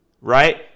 right